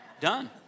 done